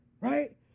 right